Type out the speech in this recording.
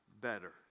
better